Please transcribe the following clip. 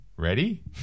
Ready